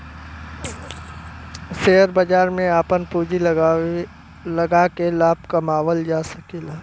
share बाजार में आपन पूँजी लगाके लाभ कमावल जा सकला